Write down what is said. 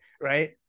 right